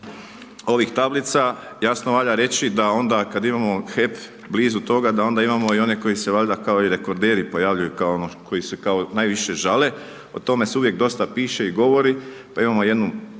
ovih tablica, jasno valja reći da onda kad imamo HEP blizu toga, da onda imamo i one koji se valjda kao i rekorderi pojavljuju kao ono koji se kao najviše žale, o tome se uvijek dosta piše i govori, pa imamo jednu